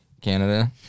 Canada